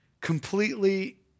completely